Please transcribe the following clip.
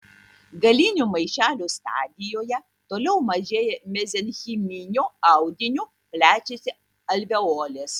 galinių maišelių stadijoje toliau mažėja mezenchiminio audinio plečiasi alveolės